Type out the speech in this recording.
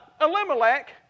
Elimelech